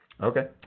Okay